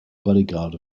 bodyguard